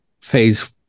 phase